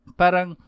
parang